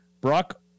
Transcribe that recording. Brock